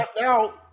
now